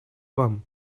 вам